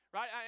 Right